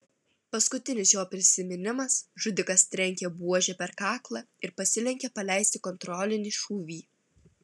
paskutinis jo prisiminimas žudikas trenkia buože per kaklą ir pasilenkia paleisti kontrolinį šūvį